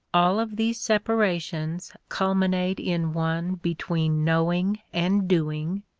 all of these separations culminate in one between knowing and doing,